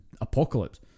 Apocalypse